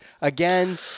again